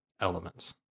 elements